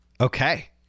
Okay